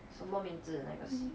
什么名字那个戏